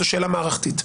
זו שאלה מערכתית.